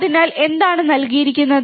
അതിനാൽ എന്താണ് നൽകിയിരിക്കുന്നത്